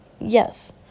Yes